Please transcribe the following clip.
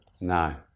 No